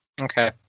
okay